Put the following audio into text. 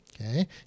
Okay